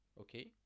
okay